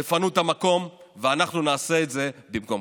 תפנו את המקום ואנחנו נעשה את זה במקומכם.